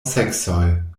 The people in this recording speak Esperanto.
seksoj